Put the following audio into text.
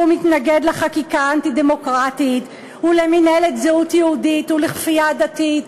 והוא מתנגד לחקיקה האנטי-דמוקרטית ולמינהלת זהות יהודית ולכפייה דתית.